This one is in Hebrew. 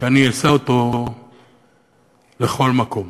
שאני אשא אותו לכל מקום.